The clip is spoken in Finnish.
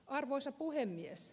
arvoisa puhemies